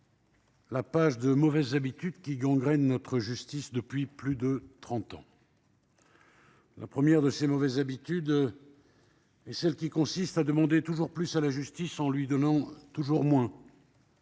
la page des mauvaises habitudes qui gangrènent notre justice depuis plus de trente ans. La première de ces mauvaises habitudes est celle qui consiste à demander toujours plus à la justice, tout en lui donnant toujours moins.